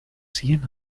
cien